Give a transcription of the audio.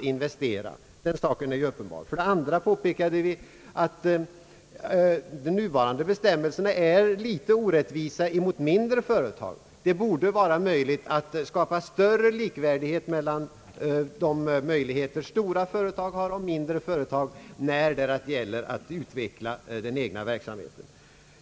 effektivisera, den saken är uppenbar. Vidare påpekade vi att vissa av de nuvarande bestämmelserna är litet orättvisa mot mindre fö retag — det borde gå att skapa större likvärdighet mellan stora och små företags möjligheter att utveckla den egna verksamheten.